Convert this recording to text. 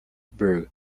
burgh